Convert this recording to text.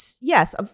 yes